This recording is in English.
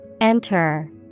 Enter